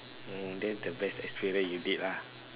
oh that's the best experience you did lah